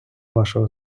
вашого